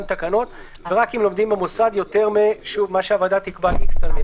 תקנות ורק אם לומדים במוסד יותר מ-___ תלמידים,